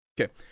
Okay